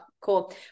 cool